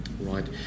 Right